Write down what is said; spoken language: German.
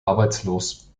arbeitslos